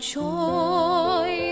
joy